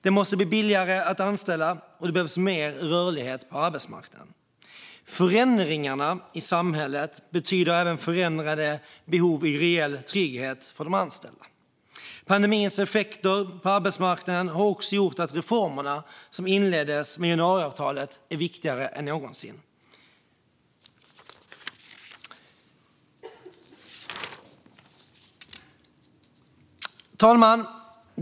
Det måste bli billigare att anställa, och det behövs mer rörlighet på arbetsmarknaden. Förändringarna i samhället betyder även förändrade behov när det gäller reell trygghet för de anställda. Pandemins effekter på arbetsmarknaden har också gjort att de reformer som inleddes genom januariavtalet är viktigare än någonsin. Herr talman!